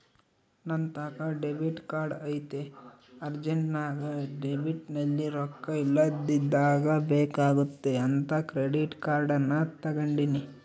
ನಂತಾಕ debit card ಐತೆ ಅರ್ಜೆಂಟ್ನಾಗ ಡೆಬಿಟ್ನಲ್ಲಿ ರೊಕ್ಕ ಇಲ್ಲದಿದ್ದಾಗ ಬೇಕಾಗುತ್ತೆ ಅಂತ ಕ್ರೆಡಿಟ್ ಕಾರ್ಡನ್ನ ತಗಂಡಿನಿ